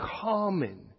common